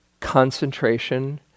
concentration